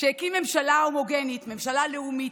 הוא הקים ממשלה הומוגנית, ממשלה לאומית,